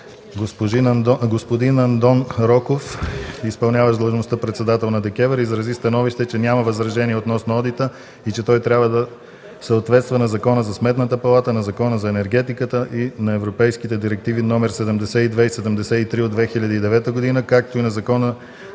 Господин Андон Роков - и.д. председател на ДКЕВР, изрази становище, че няма възражения относно одита и че той трябва да съответства на Закона за Сметната палата, на Закона за енергетиката, на Европейските директиви № 72 и № 73 от 2009 г., както и на Закона